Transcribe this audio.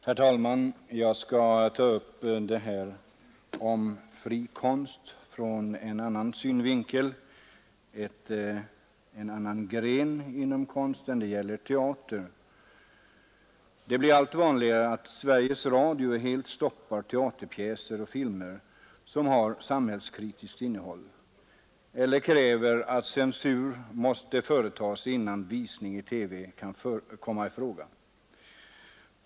Herr talman! Jag skall ta upp frågan om fri konst ur en annan synvinkel. Det gäller en annan gren inom konsten, nämligen teatern. Det blir allt vanligare att Sveriges Radio helt stoppar teaterpjäser och filmer, som har samhällskritiskt innehåll, eller kräver att censur skall företas innan visning i TV kan komma i fråga.